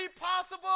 possible